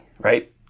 right